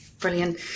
brilliant